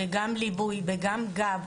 גם ליווי וגם גב,